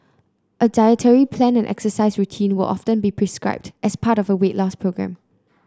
a dietary plan and exercise routine will often be prescribed as part of a weight loss programme